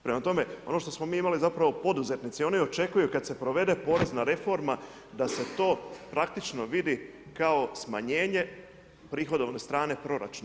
Prema tome, ono što smo mi imali zapravo poduzetnici, oni očekuju kada se provede porezna reforma, da se to praktično vidi kao smanjenje prihodovne stranE proračuna.